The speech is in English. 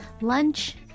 lunch